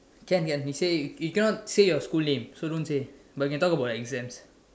can can he say you cannot say your school name so don't say but you can talk about the exams